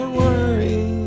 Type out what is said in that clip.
worry